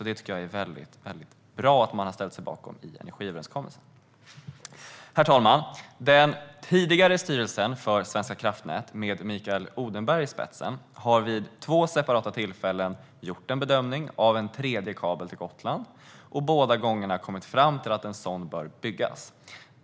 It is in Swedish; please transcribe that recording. Det är alltså bra att man ställt sig bakom detta i energiöverenskommelsen. Herr talman! Den tidigare styrelsen för Svenska kraftnät, med Mikael Odenberg i spetsen, har vid två separata tillfällen gjort en bedömning av en tredje kabel till Gotland, och båda gångerna kommit fram till att en sådan bör byggas.